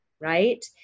right